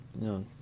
No